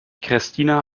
christina